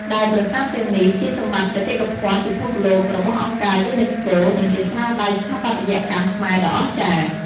ដែលប្រាសាទទាំងនេះ ជាសម្បត្តិបេតិកភណ្ឌពិភពលោករបស់អង្គការយូណេស្កូ និងជាស្នាដៃស្ថាបត្យកម្មខ្មែរដ៏អស្ចារ្យ។